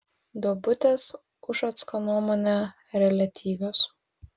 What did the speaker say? duobutės ušacko nuomone reliatyvios